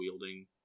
wielding